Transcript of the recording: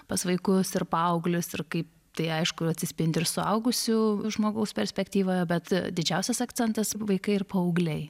pas vaikus ir paauglius ir kaip tai aišku atsispindi ir suaugusio žmogaus perspektyvoje bet didžiausias akcentas vaikai ir paaugliai